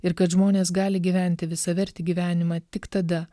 ir kad žmonės gali gyventi visavertį gyvenimą tik tada